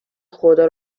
خدا